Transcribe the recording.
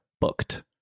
booked